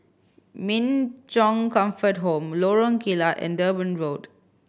Min Chong Comfort Home Lorong Kilat and Durban Road